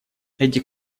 эти